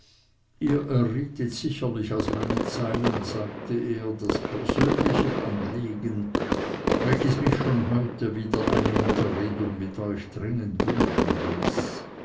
ihr errietet sicherlich aus meinen zeilen sagte er das persönliche anliegen welches mich schon heute wieder eine unterredung mit euch dringend wünschen ließ